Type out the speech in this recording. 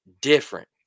different